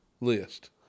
list